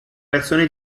reazione